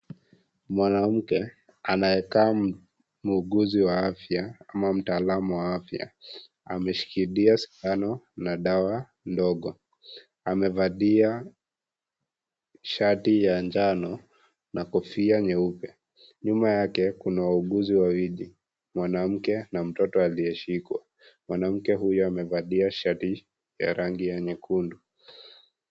Mwanamke ,anayekaa muuguzi wa afya, ama mtaalamu wa afya, ameshikilia sindano na dawa ndogo. Amevalia shati ya njano na kofia nyeupe. Nyuma yake, kuna wauguzi wawili ,mwanamke na mtoto aliyeshikwa. Mwanamke huyu amevalia shati ya rangi ya nyekundu.